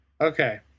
okay